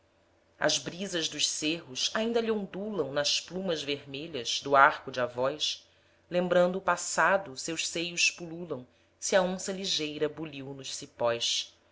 as brisas dos cerros ainda lhe ondulam nas plumas vermelhas do arco de avós lembrando o passado seus seios pululam se a onça ligeira boliu nos cipós